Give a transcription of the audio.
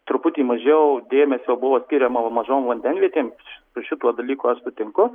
truputį mažiau dėmesio buvo skiriama mažom vandenvietėm su šituo dalyku aš sutinku